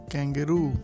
Kangaroo